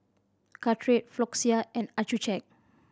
Caltrate Floxia and Accucheck